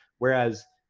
whereas,